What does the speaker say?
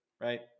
right